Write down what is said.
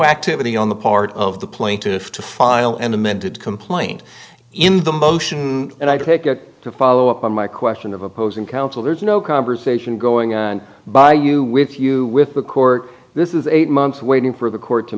activity on the part of the plaintiff to file an amended complaint in the motion and i take it to follow up on my question of opposing counsel there is no conversation going on by you with you with the court this is eight months waiting for the court to